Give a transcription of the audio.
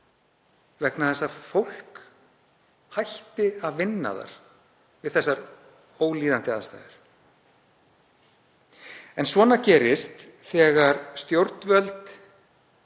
vegna þess að fólk hætti að vinna þar við þessar ólíðandi aðstæður. Svona gerist þegar stjórnvöld